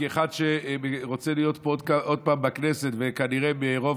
כאחד שרוצה להיות עוד פעם בכנסת וכנראה מרוב